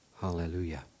Hallelujah